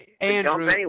Andrew